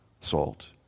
salt